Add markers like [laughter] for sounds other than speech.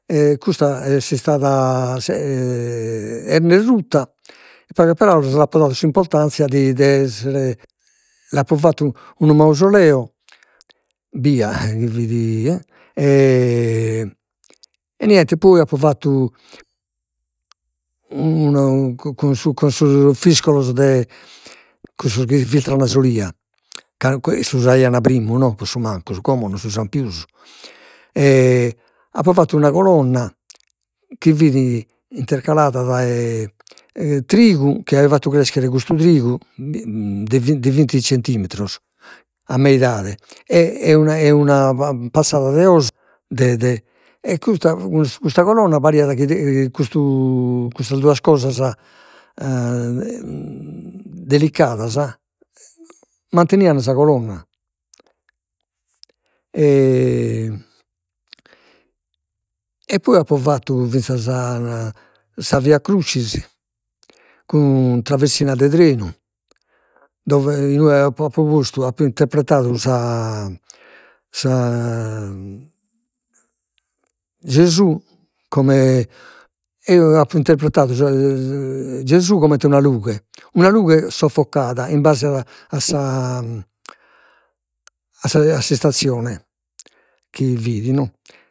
E custa est istada [hesitation] e nd'est rutta, in pagas paraulas apo dadu s'importanzia de de essere, l'apo fattu unu mausoleo bia chi fit e, [hesitation] e niente, poi apo fattu cun cun sos fiscos de cussos chi filtran s'olia, ca issos usaian primu no, pro su mancus, como non si usan pius, e apo fattu una colonna chi fit intercalada dae e trigu chi aio fattu creschere custu trigu de de vinti centrimetros a meidade [hesitation] una passada de os de de e custa custa colonna pariat chi de custu custas duas cosas [hesitation] delicadas, mantenian sa colonna [hesitation] e poi apo fattu finzas sa Via Crucis cun traversinas de trenu, dove inue apo apo postu apo interpretadu sa sa [hesitation] Gesù come, eo apo interpretadu sa [hesitation] Gesù comente una lughe, una lughe suffocada in base a a sa [hesitation] a s'istazione chi fit no